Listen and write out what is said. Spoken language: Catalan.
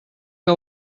que